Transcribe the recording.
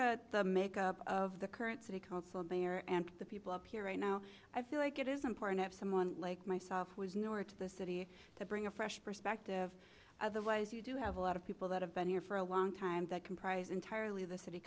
at the makeup of the current city council bear and the people up here right now i feel like it is important if someone like myself was north of the city to bring a fresh perspective otherwise you do have a lot of people that have been here for a long time that comprise entirely the city